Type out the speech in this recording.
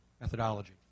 methodology